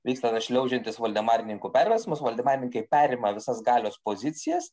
vyksta tas šliaužiantis voldemarininkų perversmas voldemarininkai perima visas galios pozicijas